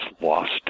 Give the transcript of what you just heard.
lost